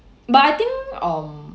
but I think um